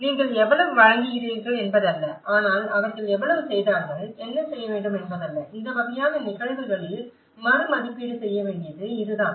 நீங்கள் எவ்வளவு வழங்குகிறீர்கள் என்பது அல்ல ஆனால் அவர்கள் எவ்வளவு செய்தார்கள் என்ன செய்ய வேண்டும் என்பதல்ல இந்த வகையான நிகழ்வுகளில் மறு மதிப்பீடு செய்ய வேண்டியது இதுதான்